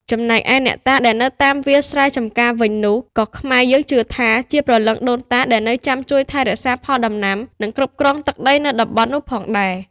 ចំណែកឯអ្នកតាដែលនៅតាមវាលស្រែចំការវិញនោះ ក៏ខ្មែរយើងជឿថា ជាព្រលឹងដូនតា ដែលនៅចាំជួយថែរក្សាផលដំណាំ និង គ្រប់គ្រងទឹកដីនៃតំបន់នោះផងដែរ។